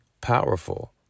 powerful